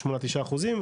תשעה אחוזים,